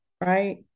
right